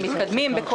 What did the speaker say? ומתקדמים.